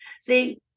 See